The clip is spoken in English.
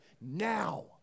now